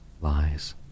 lies